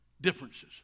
differences